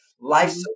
life